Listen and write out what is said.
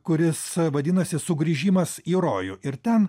kuris vadinasi sugrįžimas į rojų ir ten